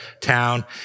town